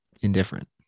indifferent